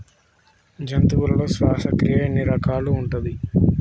జంతువులలో శ్వాసక్రియ ఎన్ని రకాలు ఉంటది?